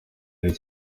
mbere